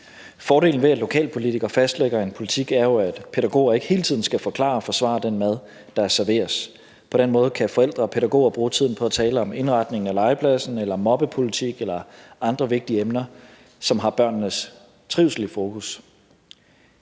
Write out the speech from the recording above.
Fordelen ved, at lokalpolitikere fastlægger en politik, er jo, at pædagoger ikke hele tiden skal forklare og forsvare den mad, der serveres. På den måde kan forældre og pædagoger bruge tiden på at tale om indretning af legepladsen eller mobbepolitik eller andre vigtige emner, som har børnenes trivsel i fokus.